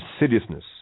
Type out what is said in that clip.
insidiousness